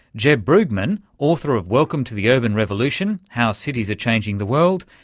jeb brugmann, author of welcome to the urban revolution how cities are changing the world.